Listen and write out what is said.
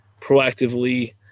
proactively